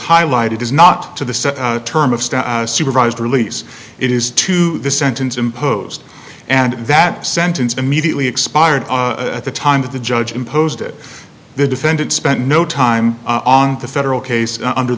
highlighted is not to the term of supervised release it is to the sentence imposed and that sentence immediately expired at the time that the judge imposed it the defendant spent no time on the federal case under